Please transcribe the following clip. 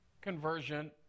conversion